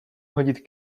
hodit